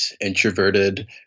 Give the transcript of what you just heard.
introverted